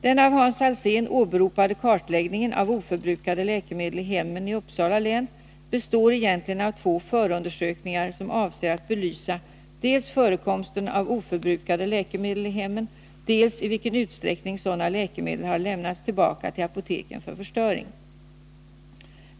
Den av Hans Alsén åberopade kartläggningen av oförbrukade läkemedel i hemmen i Uppsala län består egentligen av två förundersökningar som avser att belysa dels förekomsten av oförbrukade läkemedel i hemmen, dels i vilken utsträckning sådana läkemedel har lämnats tillbaka till apoteken för förstöring.